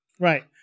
right